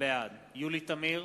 בעד יולי תמיר,